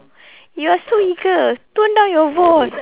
you are so eager tone down your voi~